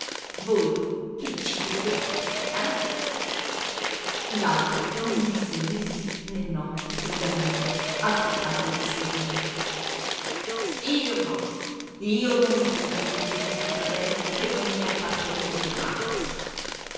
voi che ci credete eh l'altro non disse né sì né no prudente aspettando il seguito io no io non mi fido di tutti questi fratelli che non mi ha partorito mia madre